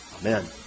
Amen